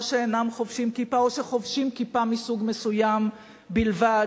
שאינם חובשים כיפה או שחובשים כיפה מסוג מסוים בלבד,